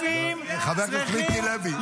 --- חבר הכנסת מיקי לוי, די.